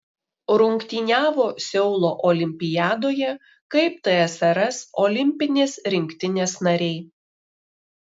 rungtyniavo seulo olimpiadoje kaip tsrs olimpinės rinktinės nariai